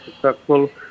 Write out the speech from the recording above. successful